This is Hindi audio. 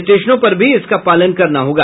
स्टेशनों पर भी इसका पालन करना होगा